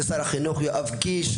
זה שר החינוך יואב קיש.